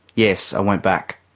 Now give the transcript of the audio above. yes, i went back.